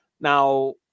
Now